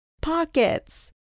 pockets